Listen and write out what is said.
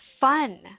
fun